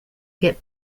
get